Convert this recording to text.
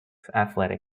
athletic